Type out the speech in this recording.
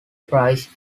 price